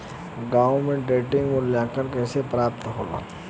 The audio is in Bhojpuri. गांवों में क्रेडिट मूल्यांकन कैसे प्राप्त होला?